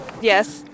Yes